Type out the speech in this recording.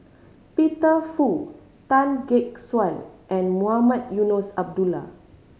Peter Fu Tan Gek Suan and Mohamed Eunos Abdullah